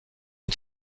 une